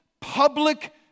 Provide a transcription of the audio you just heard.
public